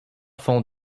font